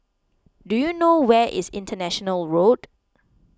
do you know where is International Road